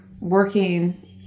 working